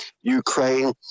Ukraine